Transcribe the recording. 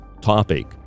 topic